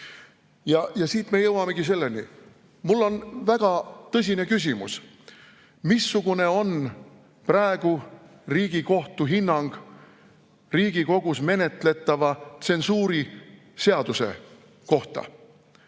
siit me jõuamegi selleni, mul on väga tõsine küsimus. Missugune on praegu Riigikohtu hinnang Riigikogus menetletava tsensuuriseaduse kohta?